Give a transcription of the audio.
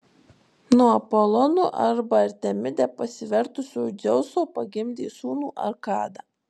nuo apolonu arba artemide pasivertusio dzeuso pagimdė sūnų arkadą